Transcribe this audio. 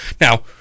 Now